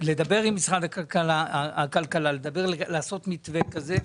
שידבר עם משרד הכלכלה על-מנת לעשות מתווה כזה.